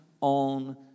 on